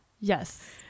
Yes